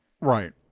Right